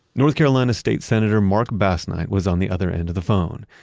north carolina state senator mark basnight was on the other end of the phone.